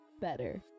better